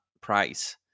price